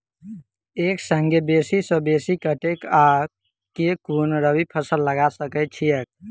एक संगे बेसी सऽ बेसी कतेक आ केँ कुन रबी फसल लगा सकै छियैक?